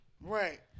right